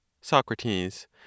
Socrates